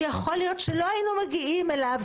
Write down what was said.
שיכול להיות שלא היינו מגיעים אליו,